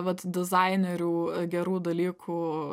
vat dizainerių gerų dalykų